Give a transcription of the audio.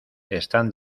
están